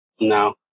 No